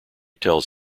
tells